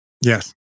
Yes